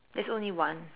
there's only one